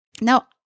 Now